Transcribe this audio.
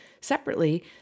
Separately